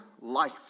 life